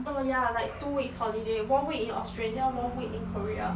oh ya like two weeks holiday one week in australia one week in korea